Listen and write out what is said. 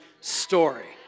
story